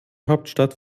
hauptstadt